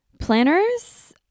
Planners